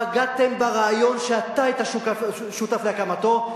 בגדתם ברעיון שאתה היית שותף להקמתו,